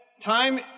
time